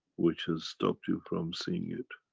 which has stopped you from seeing it,